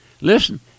listen